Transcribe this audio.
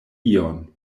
ion